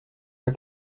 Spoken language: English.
are